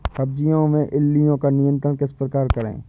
सब्जियों में इल्लियो का नियंत्रण किस प्रकार करें?